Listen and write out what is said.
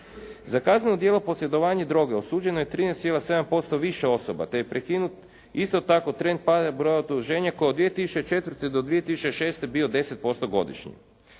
Za kazneno djelo posjedovanje droge osuđeno je 13,7% više osoba, te je prekinut isto tako trend pada broja osuđenja koji je od 2004. do 2006. bio 10% godišnje.